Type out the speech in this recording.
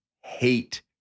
hate